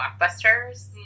blockbusters